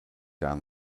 down